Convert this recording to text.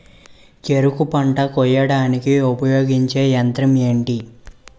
చెరుకు పంట కోయడానికి ఉపయోగించే యంత్రం ఎంటి?